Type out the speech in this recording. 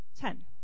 Ten